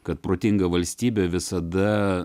kad protinga valstybė visada